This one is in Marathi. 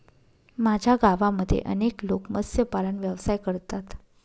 माझ्या गावामध्ये अनेक लोक मत्स्यपालन व्यवसाय करतात